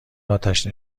آتش